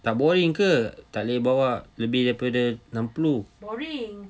tak boring ke tak boleh bawa lebih dari enam puluh